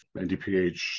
NDPH